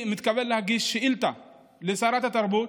אני מתכוון להגיש שאילתה לשרת התרבות,